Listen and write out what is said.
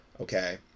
okay